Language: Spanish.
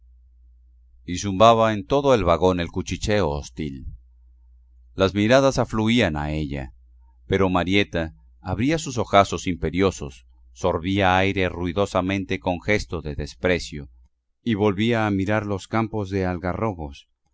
y zumbaba en todo el vagón el cuchicheo hostil las miradas afluían a ella pero marieta abría sus ojazos imperiosos sorbía aire ruidosamente con gesto de desprecio y volvía a mirar los campos de algarrobos